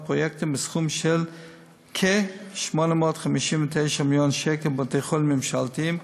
פרויקטים בסכום של כ-859 מיליון שקל בבתי-חולים ממשלתיים,